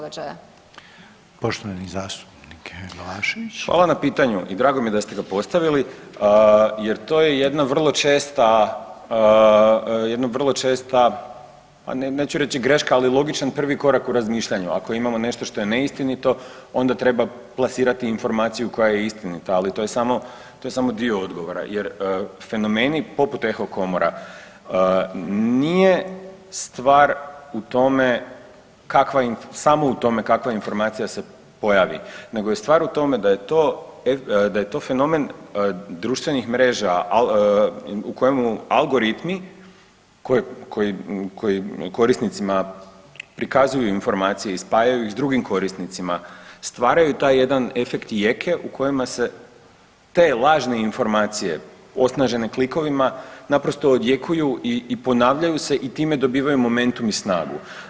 Hvala na pitanju i drago mi je da ste ga postavili jer to je jedna vrlo česta, jedno vrlo česta pa neću reći greška, ali logičan prvi korak u razmišljanju, ako imamo nešto što je neistinito onda treba plasirati informaciju koja je istinita, ali to je samo, to je samo dio odgovora jer fenomeni poput eho komora nije stvar u tome kakva, samo u tome kakva informacija se pojavi nego je stvar u tome da je to da je to fenomen društvenih mreža u kojemu algoritmi koji, koji korisnicima prikazuju informacije i spajaju ih s drugim korisnicima stvaraju taj jedan efekt jeke u kojima se te lažne informacije osnažene klikovima naprosto odjekuju i ponavljaju se i time dobivaju momentum i snagu.